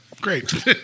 Great